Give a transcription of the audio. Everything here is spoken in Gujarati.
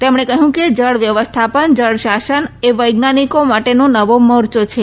તેમણે કહયું કે જળ વ્યવસ્થાપન જળ શાસન એ વૈજ્ઞાનીકો માટેનો નવો મોર્ચો છે